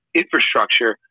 infrastructure